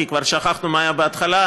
חברת הכנסת קארין אלהרר.